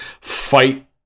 fight